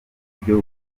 buryo